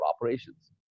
operations